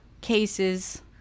cases